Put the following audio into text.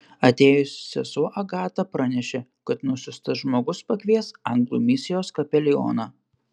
atėjusi sesuo agata pranešė kad nusiųstas žmogus pakvies anglų misijos kapelioną